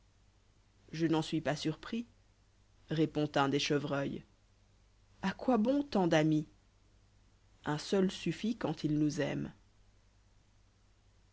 je n'en suis pas surpris répond un des chevreuils à quoi bon tant d'amis un seul suffit quand il nous aime